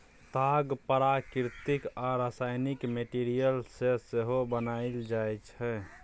ताग प्राकृतिक आ रासायनिक मैटीरियल सँ सेहो बनाएल जाइ छै